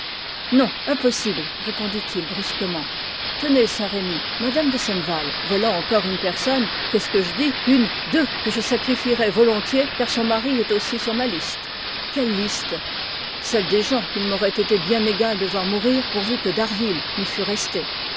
non impossible répondit-il brusquement tenez saint-remy mme de senneval voilà encore une personne qu'est-ce que je dis une deux que je sacrifierais volontiers car son mari est aussi sur ma liste quelle liste celle des gens qu'il m'aurait été bien égal de voir mourir pourvu que d'harville nous fût resté